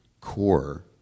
core